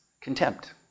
contempt